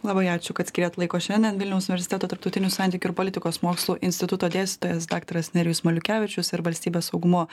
labai ačiū kad skyrėt laiko šiandien vilniaus universiteto tarptautinių santykių ir politikos mokslų instituto dėstytojas daktaras nerijus maliukevičius ir valstybės saugumo